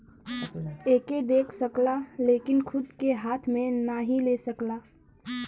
एके देख सकला लेकिन खूद के हाथ मे नाही ले सकला